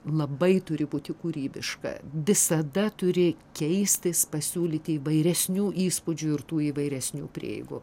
labai turi būti kūrybiška visada turi keistis pasiūlyti įvairesnių įspūdžių ir tų įvairesnių prieigų